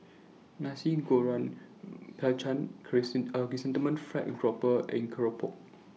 Nasi Goreng pelacan Chrysanthemum Fried Grouper and Keropok